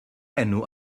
enw